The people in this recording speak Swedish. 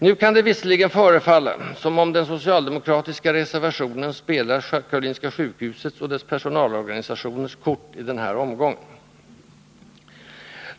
Nu kan det visserligen förefalla som om den socialdemokratiska reservationen spelar Karolinska sjukhusets och dess personalorganisationers kort i den här omgången.